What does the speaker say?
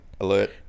alert